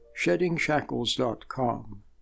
SheddingShackles.com